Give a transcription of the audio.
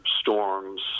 storms